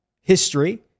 history